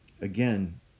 Again